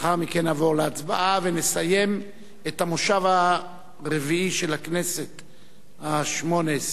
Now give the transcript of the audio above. לאחר מכן נעבור להצבעה ונסיים את המושב הרביעי של הכנסת השמונה-עשרה.